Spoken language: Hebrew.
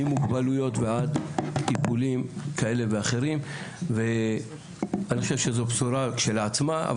ממוגבלויות ועד טיפולים כאלה ואחרים ואני חושב שזו בשורה שלעצמה,